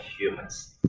humans